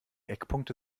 eckpunkte